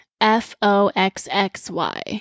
F-O-X-X-Y